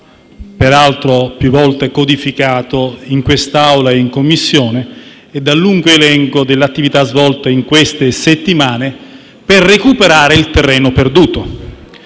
peraltro più volte codificato in quest'Aula e in Commissione e dal lungo elenco delle attività svolte in queste settimane, per recuperare il terreno perduto.